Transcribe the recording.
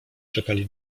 czekali